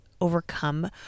overcome